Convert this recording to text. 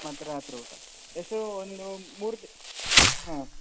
ಮತ್ತೆ ರಾತ್ರಿ ಊಟ ಎಷ್ಟು ಒಂದು ಮೂರು ದಿ ಹಾಂ